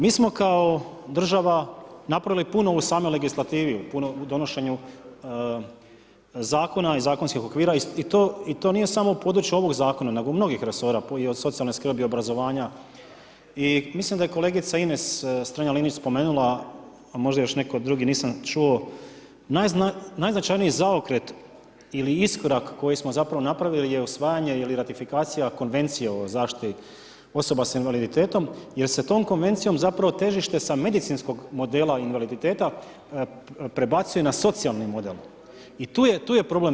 Mi smo kao država napravili puno u samoj legislativi, u donošenju zakona i zakonskih okvira i to nije samo u području ovog zakona, nego mnogih resora i od socijalne skrbi, obrazovanja i mislim da je kolegica Ines Strenja-Linić spomenula, možda još netko drugi, nisam čuo, najznačajniji zaokret ili iskorak koji smo zapravo napravili je usvajanje ili ratifikacija Konvencije o zaštiti osoba s invaliditetom jer se tom konvencijom zapravo težište sa medicinskog modela invaliditeta prebacuje na socijalni model i tu je problem.